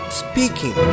speaking